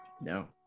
No